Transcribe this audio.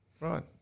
Right